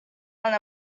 want